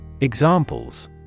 Examples